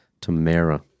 Tamara